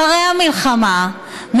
אחרי המלחמה,